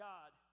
God